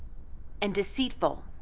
and deceitful.